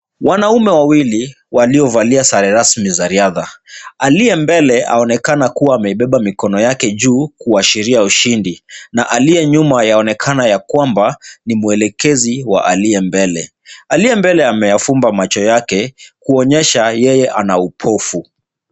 Wanaume wawii waliovalia sare rasmi za riadha. Aliye mbele aonekana kuwa ameibeba mikono yake juu, kuashiria ushindi na aliye nyuma yaonekana ya kwamba ni mwelekezi wa aliye mbele. Aliye mbele ameyafumba macho yake kuonyesha yeye ana upofu.